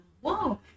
whoa